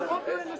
הרוב לא ינסו.